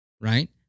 right